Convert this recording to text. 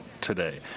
today